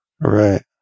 Right